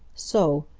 so.